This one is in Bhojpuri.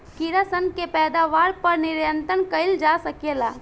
कीड़ा सन के पैदावार पर नियंत्रण कईल जा सकेला